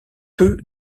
peu